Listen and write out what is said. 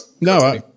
No